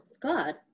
God